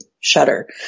shutter